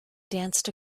danced